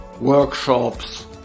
workshops